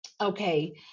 Okay